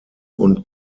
und